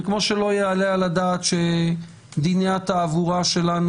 וכמו שלא יעלה על הדעת שדיני התעבורה שלנו